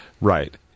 Right